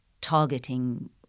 targeting